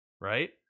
right